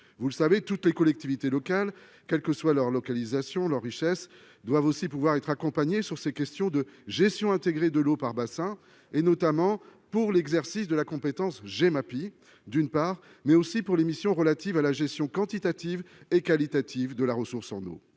vous le savez, toutes les collectivités locales, quelle que soit leur localisation, leur richesse doivent aussi pouvoir être accompagné sur ces questions de gestion intégrée de l'eau par bassins et notamment pour l'exercice de la compétence Gemapi d'une part mais aussi pour les missions relatives à la gestion quantitative et qualitative de la ressource en eau,